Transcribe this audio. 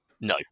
No